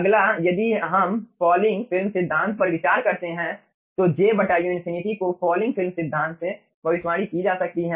अगला यदि हम फॉलिंग फिल्म सिद्धांत पर विचार करते हैं तो j u∞ को फॉलिंग फिल्म सिद्धांत से भविष्यवाणी की जा सकती है